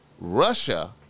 Russia